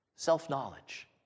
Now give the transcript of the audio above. Self-knowledge